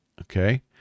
okay